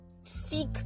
seek